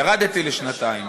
ירדתי לשנתיים.